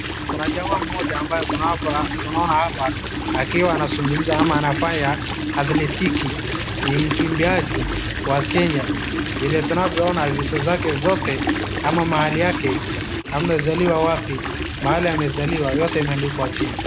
Kuna jamaa mmoja ambaye tuna hapa, tunaona hapa akiwa anazungumza ama anafanya athletiki ni mkibiaji wa kenya, vile tunavyoona vitu zake zote ama mahali yake amezaliwa wapi, mahali amezaliwa, yote imeandikwa chini.